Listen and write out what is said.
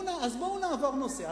אז בואו נעבור נושא,